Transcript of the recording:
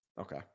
Okay